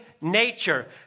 nature